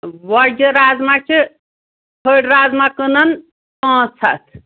وۄجہِ رَزما چھِ کھٔڑۍ رازما کٕنان پانٛژھ ہَتھ